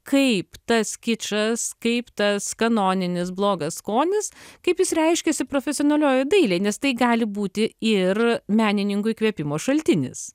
kaip tas kičas kaip tas kanoninis blogas skonis kaip jis reiškiasi profesionaliojoj dailėj nes tai gali būti ir menininkų įkvėpimo šaltinis